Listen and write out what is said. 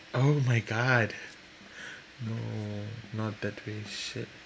oh my god no not that way shit